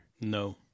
no